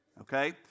okay